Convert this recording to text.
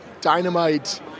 Dynamite